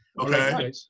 Okay